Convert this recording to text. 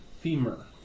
femur